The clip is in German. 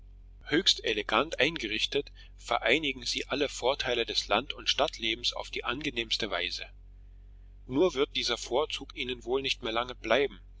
höchst elegant eingerichtet vereinigen sie alle vorteile des land und stadtlebens auf die angenehmste weise nur wird dieser vorzug ihnen wohl nicht mehr lange bleiben